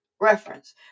reference